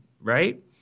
right